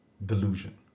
Delusion